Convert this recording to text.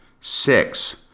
six